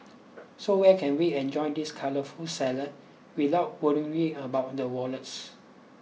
so where can we enjoy this colourful salad without worrying about the wallets